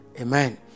amen